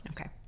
Okay